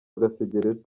gasegereti